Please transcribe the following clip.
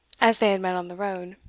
as they had met on the road.